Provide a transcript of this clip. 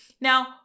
Now